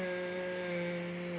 hmm